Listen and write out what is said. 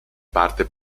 parte